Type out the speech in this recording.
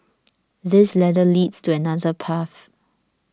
this ladder leads to another path